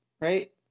right